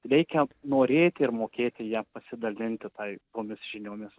reikia norėti ir mokėti ja pasidalinti tai tomis žiniomis